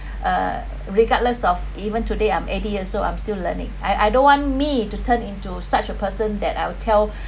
uh regardless of even today I'm eighty years old I'm still learning I I don't want me to turn into such a person that I'll tell